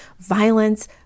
violence